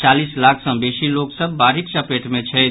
छियालीस लाख सँ बेसी लोक सभ बाढ़िक चपेट मे छथि